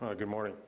ah good morning.